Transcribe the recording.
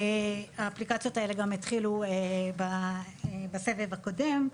האפליקציות האלה גם התחילו בסבב הקודם.